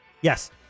Yes